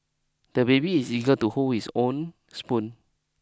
the baby is eager to hold his own spoon